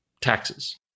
taxes